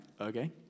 okay